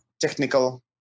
technical